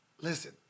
listen